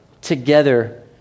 together